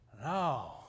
no